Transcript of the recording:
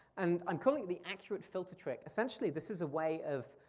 and i'm calling it the accurate filter trick. essentially, this is a way of,